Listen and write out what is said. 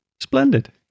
Splendid